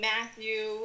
Matthew